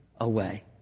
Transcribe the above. away